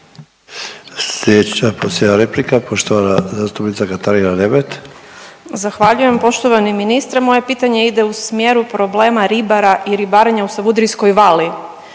Sljedeća posljednja replika, poštovana zastupnica Katarina Nemet. **Nemet, Katarina (IDS)** Zahvaljujem. Poštovani ministre, moje pitanje ide u smjeru problema ribara i ribarenja u Savudijskoj vali.